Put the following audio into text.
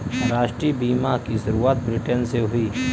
राष्ट्रीय बीमा की शुरुआत ब्रिटैन से हुई